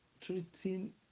treating